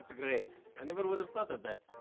great. i never would have thought of that.